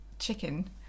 chicken